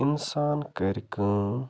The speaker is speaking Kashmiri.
اِنسان کَرِ کٲم